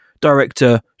director